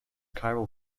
chiral